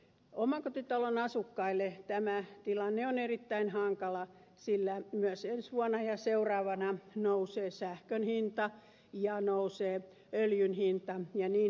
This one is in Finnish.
omakotitalon asukkaille tämä tilanne on erittäin hankala sillä myös ensi vuonna ja seuraavana nousee sähkön hinta ja nousee öljyn hinta ja niin edelleen